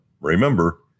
remember